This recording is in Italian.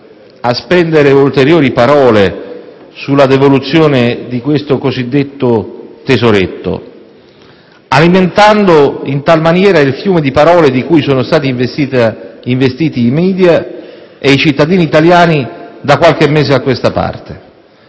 a spendere ulteriori parole sulla devoluzione di questo cosiddetto tesoretto, alimentando in tal maniera il fiume di parole di cui sono stati investiti i *media* e i cittadini italiani da qualche mese a questa parte.